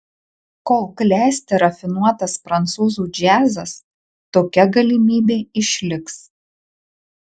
kol klesti rafinuotas prancūzų džiazas tokia galimybė išliks